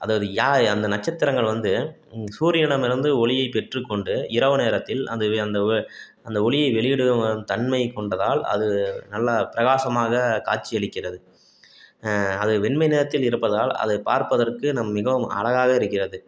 அதாவது யா அந்த நட்சத்திரங்கள் வந்து சூரியனிடமிருந்து ஒளியைப் பெற்றுக்கொண்டு இரவு நேரத்தில் அதுவே அந்த வே அந்த ஒளியை வெளியிடும் தன்மையைக் கொண்டதால் அது நல்லா பிரகாசமாக காட்சியளிக்கிறது அது வெண்மை நிறத்தில் இருப்பதால் அதைப் பார்ப்பதற்கு நம் மிகவும் அழகாக இருக்கிறது